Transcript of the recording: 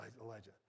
Elijah